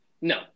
No